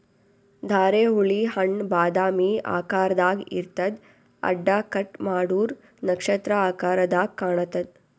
ಧಾರೆಹುಳಿ ಹಣ್ಣ್ ಬಾದಾಮಿ ಆಕಾರ್ದಾಗ್ ಇರ್ತದ್ ಅಡ್ಡ ಕಟ್ ಮಾಡೂರ್ ನಕ್ಷತ್ರ ಆಕರದಾಗ್ ಕಾಣತದ್